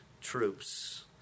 troops